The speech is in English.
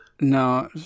no